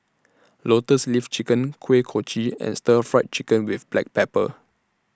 Lotus Leaf Chicken Kuih Kochi and Stir Fry Chicken with Black Pepper